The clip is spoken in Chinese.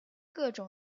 各种